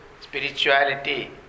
spirituality